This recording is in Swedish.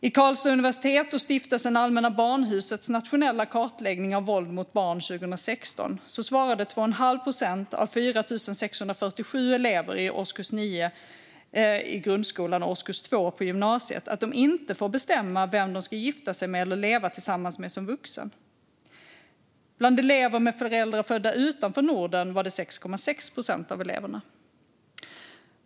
I Karlstads universitets och Stiftelsen Allmänna Barnhusets nationella kartläggning av våld mot barn 2016 svarade 2,5 procent av 4 647 elever i årskurs 9 i grundskolan och årskurs 2 på gymnasiet att de inte får bestämma vem de ska gifta sig med eller leva tillsammans med som vuxen. Bland elever med föräldrar födda utanför Norden var det 6,6 procent av eleverna.